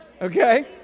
Okay